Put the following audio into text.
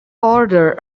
order